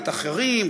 אחרים,